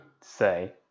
say